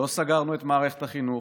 לא סגרנו את מערכת החינוך.